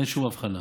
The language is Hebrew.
אין שום הבחנה.